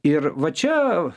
ir va čia